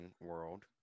World